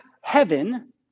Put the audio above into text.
heaven